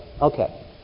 Okay